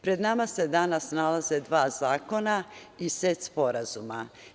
Pred nama se danas nalaze dva zakona i set sporazuma.